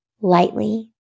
lightly